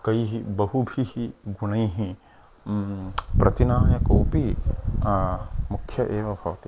कैः बहुभिः गुणैः प्रतिनायकोपि मुख्यः एव भवति